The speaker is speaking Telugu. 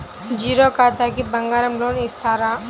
జీరో ఖాతాకి బంగారం లోన్ ఇస్తారా?